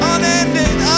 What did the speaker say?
Unending